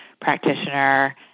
practitioner